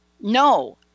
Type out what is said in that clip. no